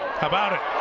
how about it?